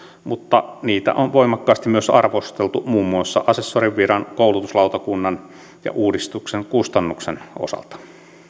mutta niitä on voimakkaasti myös arvosteltu muun muassa asessorin viran koulutuslautakunnan ja uudistuksen kustannusten osalta